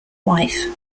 wife